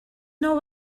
know